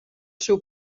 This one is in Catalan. seu